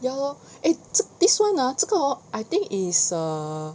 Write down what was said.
ya lor eh 这 this [one] ah 这个 hor I think it's a